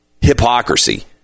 hypocrisy